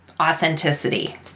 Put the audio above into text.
authenticity